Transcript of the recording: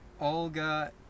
Olga